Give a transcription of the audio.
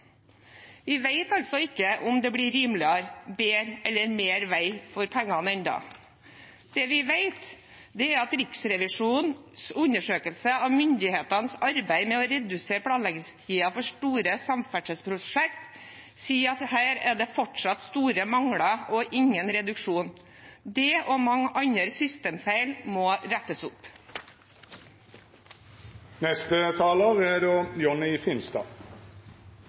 Vi vet altså ikke om det blir rimeligere, bedre eller mer vei for pengene ennå. Det vi vet, er at Riksrevisjonens undersøkelse av myndighetenes arbeid med å redusere planleggingstiden for store samferdselsprosjekt viser at det fortsatt er store mangler og ingen reduksjon. Det og mange andre systemfeil må rettes opp. Samferdselsbudsjettet for 2019 bidrar til økonomisk vekst og